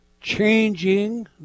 changing